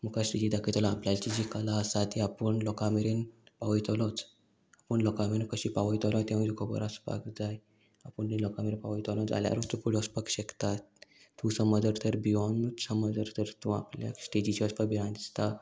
मुखार स्टेजी दाखयतलो आपल्याची जी कला आसा ती आपूण लोकां मेरेन पावयतलोच आपूण लोकां मेरेन कशी पावयतलो तेवूय खबर आसपाक जाय आपूण जी लोकां मेरेन पावयतलो जाल्यारूच तूं पय वसपाक शकता तूं समजर तर भियोनूच समजर तर तूं आपल्याक स्टेजीची वचपाक भिरांत दिसता